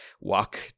walk